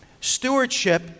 Stewardship